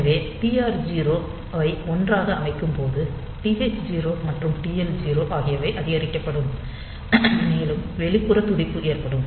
எனவே TR 0 ஐ 1 ஆக அமைக்கும் போது TH 0 மற்றும் TL 0 ஆகியவை அதிகரிக்கப்படும் மேலும் வெளிப்புற துடிப்பு ஏற்படும்